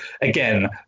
again